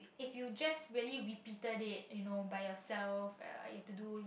if you just really repeated it you know by yourself you to do